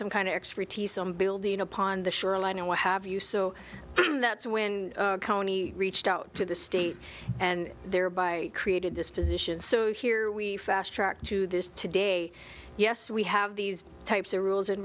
some kind of expertise on building upon the shoreline and what have you so that's when county reached out to the state and thereby created this position so here we fast track to this today yes we have these types of rules